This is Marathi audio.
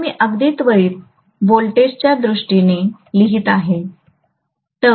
जर मी अगदी त्वरित व्होल्टेजच्या दृष्टीने लिहित आहे